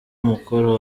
mukoro